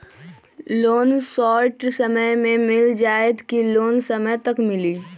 Loan short समय मे मिल जाएत कि लोन समय तक मिली?